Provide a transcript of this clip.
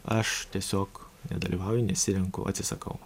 aš tiesiog nedalyvauju nesirenku atsisakau